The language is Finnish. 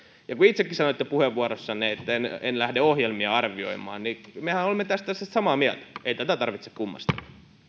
ja kun itsekin sanoitte puheenvuorossanne että ette lähde ohjelmia arvioimaan niin mehän olemme tästä asiasta samaa mieltä ei tätä tarvitse kummastella